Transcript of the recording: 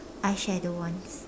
eyeshadow ones